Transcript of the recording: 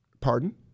Pardon